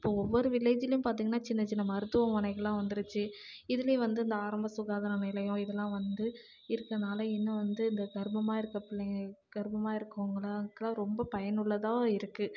இப்ப ஒவ்வொரு வில்லேஜ்லேயும் பார்த்திங்கன்னா சின்ன சின்ன மருத்துவமனைகள்லாம் வந்துடுச்சு இதில் வந்து இந்த ஆரம்ப சுகாதார நிலையம் இதெல்லாம் வந்து இருக்கறனால இன்னும் வந்து இந்த கர்ப்பமாக இருக்கற பிள்ளைங்க கர்ப்பமாக இருக்கவங்களுக்குலாம் ரொம்ப பயனுள்ளதாக இருக்குது